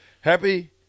Happy